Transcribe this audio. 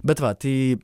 bet va tai